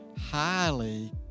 highly